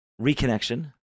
reconnection